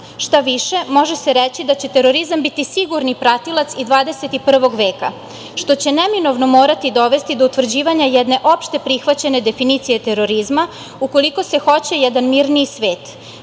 Šta više, može se reći da će terorizam biti sigurni pratilac i 21. veka, što će neminovno morati dovesti do utvrđivanja jedne opšte prihvaćene definicije terorizma ukoliko se hoće jedan mirniji svet,